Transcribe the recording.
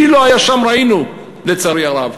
מי לא היה שם ראינו, לצערי הרב.